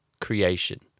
creation